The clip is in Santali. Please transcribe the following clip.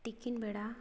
ᱛᱤᱠᱤᱱ ᱵᱮᱲᱟ